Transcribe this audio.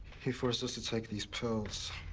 he forces us to take these pills.